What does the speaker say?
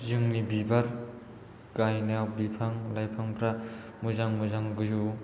जोंनि बिबार गायनायाव बिफां लाइफांफ्रा मोजां मोजां गोजौ